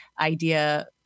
idea